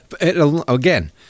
again